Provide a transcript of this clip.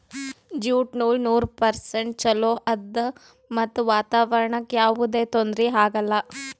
jute ನೂಲ್ ನೂರ್ percent ಚೊಲೋ ಆದ್ ಮತ್ತ್ ವಾತಾವರಣ್ಕ್ ಯಾವದೇ ತೊಂದ್ರಿ ಆಗಲ್ಲ